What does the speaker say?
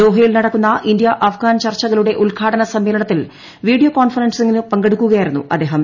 ദോഹയിൽ നടക്കുന്ന India Afghan ചർച്ചകളുടെ ഉദ്ഘാടന സമ്മേളനത്തിൽ വീഡിയോ കോൺഫറൻസിങ്ങിലൂടെ പങ്കെടുക്കുകയായിരുന്നു അദ്ദേഹം